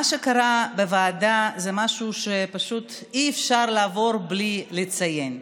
מה שקרה בוועדה זה משהו שפשוט אי-אפשר לעבור עליו בלי לציין.